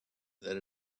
that